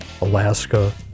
Alaska